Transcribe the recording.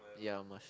ya mush